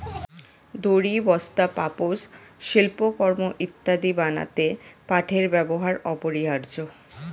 দড়ি, বস্তা, পাপোশ, শিল্পকর্ম ইত্যাদি বানাতে পাটের ব্যবহার অপরিহার্য